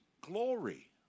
glory